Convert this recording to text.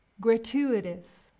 Gratuitous